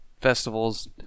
festivals